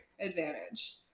advantage